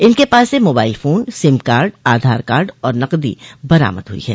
इनके पास से mobile phone SIM card Aadhaar card और नकदी बरामद हुई है